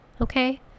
Okay